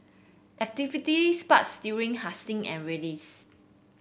activity spikes during hustings and rallies